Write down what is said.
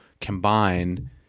combine